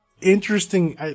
interesting